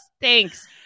Thanks